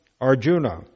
Arjuna